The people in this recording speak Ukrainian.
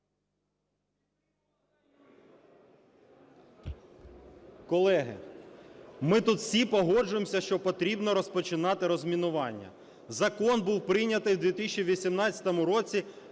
Колеги, ми тут всі погоджуємося, що потрібно розпочинати розмінування. Закон був прийнятий в 2018 році